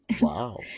Wow